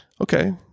okay